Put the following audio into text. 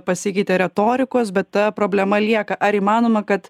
pasikeitė retorikos bet ta problema lieka ar įmanoma kad